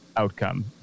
outcome